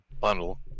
bundle